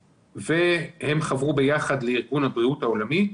הם חברו ביחד לארגון הבריאות העולמי.